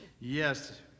Yes